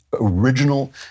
original